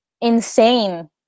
insane